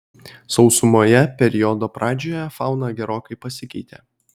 sausumoje periodo pradžioje fauna gerokai pasikeitė